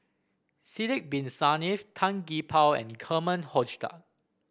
Sidek Bin Saniff Tan Gee Paw and Herman Hochstadt